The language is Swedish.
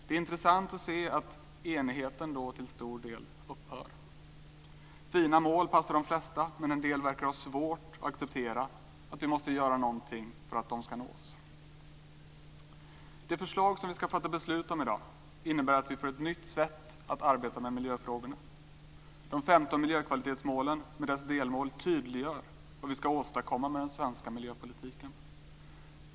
Det är intressant att se att enigheten då till stor del upphör. Fina mål passar de flesta, men en del verkar att ha svårt att acceptera att vi måste göra någonting för att de ska nås. Det förslag som vi ska fatta beslut om i dag innebär att vi får ett nytt sätt att arbeta med miljöfrågorna. De 15 miljökvalitetsmålen med sina delmål tydliggör vad vi ska åstadkomma med den svenska miljöpolitiken.